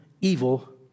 evil